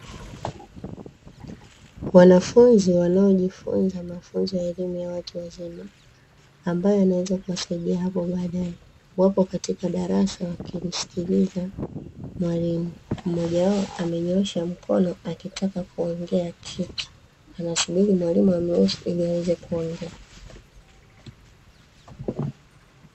Wanafunzi wanaojifunza mafunzo ya elimu ya watu wazima, ambayo yanaweza kuwasaidia hapo baadae, wapo katika darasa wakimsikiliza mwalimu, mmoja wao amenyosha mkono akitaka kuongea kitu, anasubiri mwalimu amruhusu ili aweze kuongea.